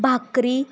भाकरी